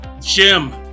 Jim